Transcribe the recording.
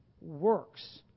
works